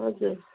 हजुर